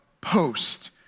post